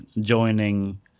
joining